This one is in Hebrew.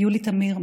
יולי תמיר,